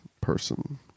person